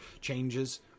changes